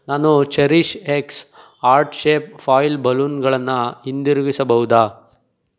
ನಾನು cherish X art shape foil ಬಲೂನುಗಳನ್ನು ಹಿಂದಿರುಗಿಸಬಹುದಾ